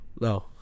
No